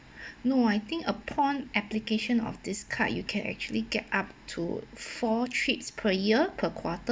no I think upon application of this card you can actually get up to four trips per year per quarter